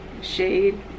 shade